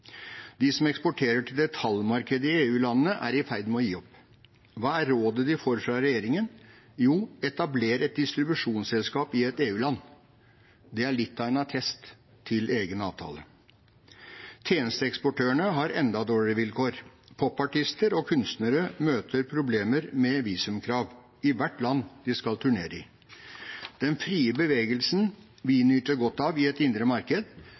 De som eksporterer til detaljmarkedet i EU-landene, er i ferd med å gi opp. Hva er rådet de får fra regjeringen? Jo, etabler et distribusjonsselskap i et EU-land! Det er litt av en attest til egen avtale. Tjenesteeksportørene har enda dårligere vilkår. Popartister og kunstnere møter problemer med visumkrav – i hvert land de skal turnere i. Den frie bevegelsen vi nyter godt av i et indre marked,